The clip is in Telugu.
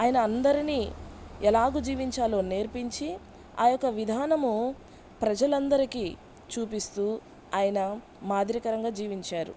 ఆయన అందరినీ ఎలాగు జీవించాలో నేర్పించి ఆ యొక్క విధానము ప్రజలందరికీ చూపిస్తూ ఆయన మాదిరికరంగా జీవించారు